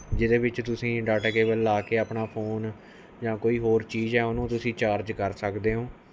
ਜਿਹਦੇ ਵਿੱਚ ਤੁਸੀਂ ਡਾਟਾਕੇਬਲ ਲਾ ਕੇ ਆਪਣਾ ਫ਼ੋਨ ਜਾਂ ਕੋਈ ਹੋਰ ਚੀਜ਼ ਆ ਉਹਨੂੰ ਤੁਸੀਂ ਚਾਰਜ ਕਰ ਸਕਦੇ ਓ